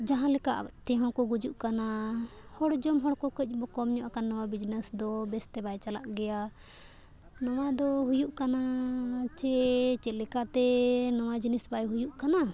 ᱡᱟᱦᱟᱸ ᱞᱮᱠᱟ ᱟᱛᱮ ᱦᱚᱸᱠᱚ ᱜᱩᱡᱩᱜ ᱠᱟᱱᱟ ᱦᱚᱲ ᱡᱚᱢ ᱦᱚᱲ ᱠᱚ ᱠᱟᱹᱡ ᱵᱚ ᱠᱚᱢ ᱧᱚᱜ ᱠᱟᱱ ᱱᱚᱣᱟ ᱵᱤᱡᱽᱱᱮᱥ ᱫᱚ ᱵᱮᱥ ᱛᱮ ᱵᱟᱭ ᱪᱟᱞᱟᱜ ᱜᱮᱭᱟ ᱱᱚᱣᱟ ᱫᱚ ᱦᱩᱭᱩᱜ ᱠᱟᱱᱟ ᱪᱮ ᱪᱮᱫ ᱞᱮᱠᱟᱛᱮ ᱱᱚᱣᱟ ᱡᱤᱱᱤᱥ ᱵᱟᱭ ᱦᱩᱭᱩᱜ ᱠᱟᱱᱟ